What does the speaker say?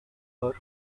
hurt